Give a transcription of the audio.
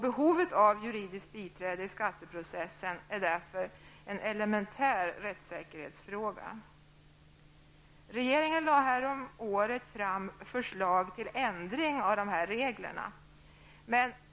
Behovet av juridiskt biträde i skatteprocessen är därför en elementär rättssäkerhetsfråga. Regeringen lade häromåret fram förslag till ändring av dessa regler.